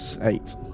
Eight